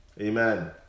Amen